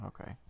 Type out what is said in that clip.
okay